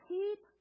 Keep